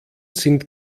sind